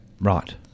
Right